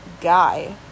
guy